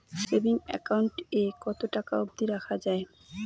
Savings account এ কতো টাকা অব্দি রাখা যায়?